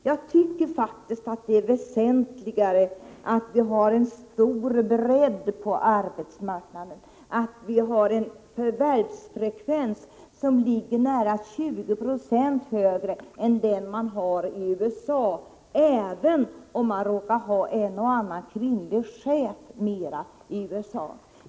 Jag tycker att det är väsentligare att vi har en bredd på arbetsmarknaden, att förvärvsfrekvensen är ca 20 90 högre här än i USA — även om man råkar ha fler kvinnliga chefer i USA.